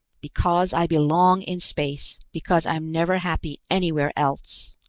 because i belong in space, because i'm never happy anywhere else.